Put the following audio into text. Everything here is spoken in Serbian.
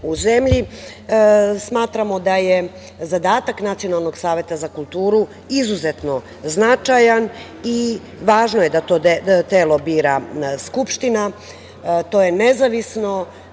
u zemlji. Smatramo da je zadatak Nacionalnog saveta za kulturu izuzetno značajan i važno je da to telo bira Skupština. To je nezavisno,